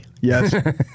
Yes